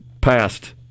passed